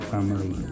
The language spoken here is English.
Family